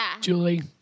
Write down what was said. Julie